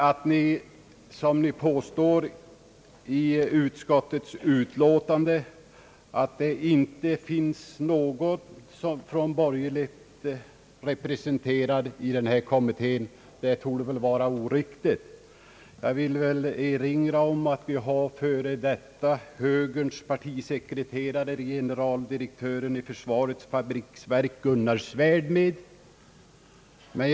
Det som påstås i utskottets utlåtande, nämligen att det inte finns någon från borgerligt håll som är representerad i denna kommitté, torde väl ändå vara oriktigt. Jag vill erinra om att högerns före detta partisekreterare, generaldirektören för försvarets fabriksverk Gunnar Svärd finns med.